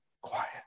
quiet